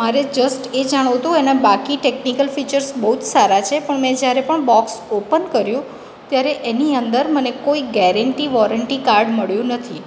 મારે જસ્ટ એ જાણવું હતું એના બાકી ટેક્નિકલ ફીચર્સ બહુ જ સારા છે પણ મેં જ્યારે પણ બોક્સ ઓપન કર્યું ત્યારે એની અંદર મને કોઈ ગેરંટી વૉરંટી કાર્ડ મળ્યું નથી